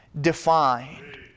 defined